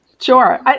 Sure